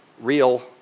real